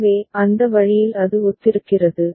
எனவே அந்த வழியில் அது ஒத்திருக்கிறது